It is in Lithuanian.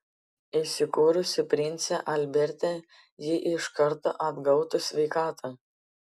įsikūrusi prince alberte ji iš karto atgautų sveikatą